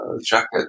jacket